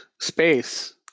space